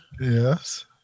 Yes